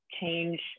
change